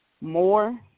more